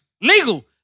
Legal